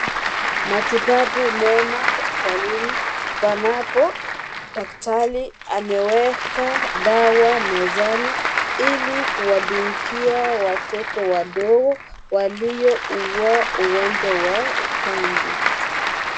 Matibabu mema hospitalini panapo daktari ameweka dawa mezani ili kuwadungia watoto wadogo waliougua ugonjwa wa ukambi.